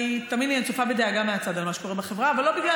איילת נחמיאס ורבין (המחנה הציוני): אתה יודע מה,